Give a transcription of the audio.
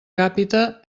càpita